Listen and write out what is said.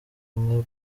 imwe